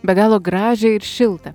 be galo gražią ir šiltą